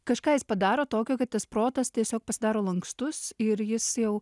kažką jis padaro tokio kad tas protas tiesiog pasidaro lankstus ir jis jau